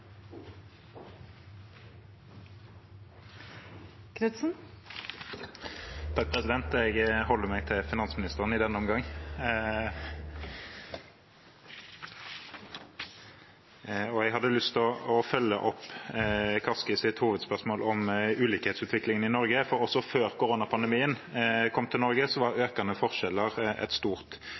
Knutsen – til oppfølgingsspørsmål. Jeg holder meg til finansministeren i denne omgang. Jeg har lyst til å følge opp Kaskis hovedspørsmål om ulikhetsutviklingen i Norge, for også før koronapandemien kom til Norge, var økende forskjeller et stort